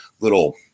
little